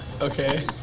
Okay